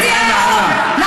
טוב, זה לא דיון ביניכן, אנא.